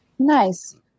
nice